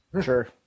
Sure